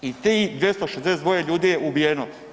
I ti 262 ljudi je ubijeno.